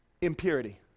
impurity